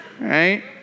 right